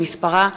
שמספרה